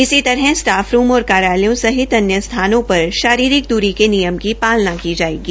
इसी तरह staff room और कार्यालयों सहित अन्य स्थानों पर शारीरिक द्री के नियम की पालना की जायेगी